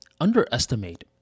underestimate